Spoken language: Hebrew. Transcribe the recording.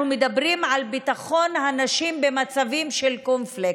אנחנו מדברים על ביטחון הנשים במצבים של קונפליקט.